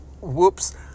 whoops